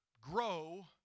Grow